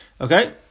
Okay